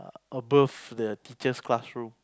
above the teacher's classroom